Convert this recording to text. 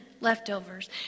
leftovers